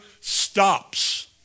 stops